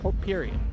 Period